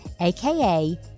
aka